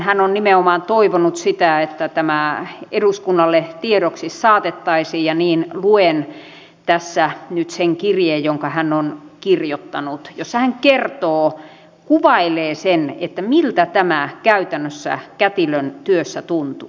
hän on nimenomaan toivonut sitä että tämä eduskunnalle tiedoksi saatettaisiin ja niin luen tässä nyt sen kirjeen jonka hän on kirjoittanut jossa hän kertoo kuvailee sen miltä tämä käytännössä kätilön työssä tuntuu